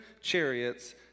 chariots